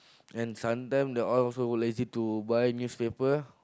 and sometime they all also will lazy to buy newspaper